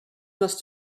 must